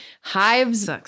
Hives